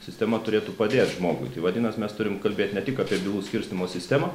sistema turėtų padėt žmogui vadinasi mes turim kalbėt ne tik apie bylų skirstymo sistemą